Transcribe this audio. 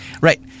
Right